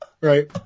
Right